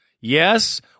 Yes